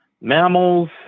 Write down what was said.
mammals